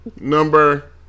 Number